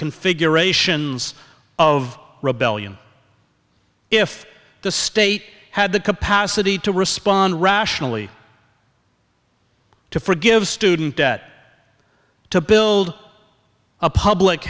configurations of rebellion if the state had the capacity to respond rationally to forgive student at to build a public